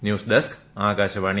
news desk Akashvani